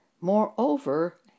Moreover